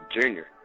Junior